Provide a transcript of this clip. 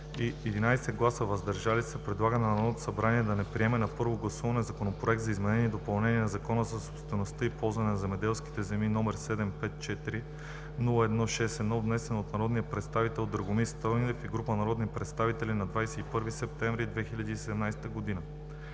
11 гласа “въздържали се” предлага на Народното събрание да не приеме на първо гласуване законопроект за изменение и допълнение на Закона за собствеността и ползването на земеделските земи, № 754-01-61, внесен от народния представител Драгомир Стойнев и група народни представители на 21 септември 2017 г.